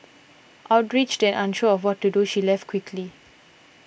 outraged and unsure of what to do she left quickly